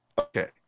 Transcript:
Okay